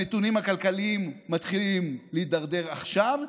הנתונים הכלכליים מתחילים להידרדר עכשיו,